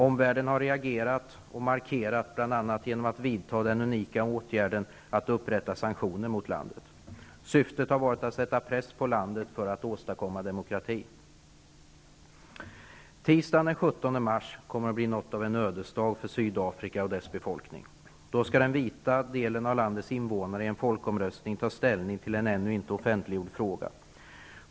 Omvärlden har reagerat och markerat bl.a. genom att vidta den unika åtgärden att upprätta sanktioner mot landet. Syftet har varit att sätta press på landet för att åstadkomma demokrati. Tisdagen den 17 mars kommer att bli något av en ödesdag för Sydafrika och dess befolkning. Då skall den vita delen av landets innevånare i en folkomröstning ta ställning till en ännu inte offentliggjord fråga.